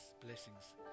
blessings